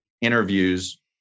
interviews